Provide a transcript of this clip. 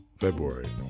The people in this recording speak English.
February